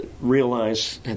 realize